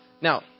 Now